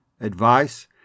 advice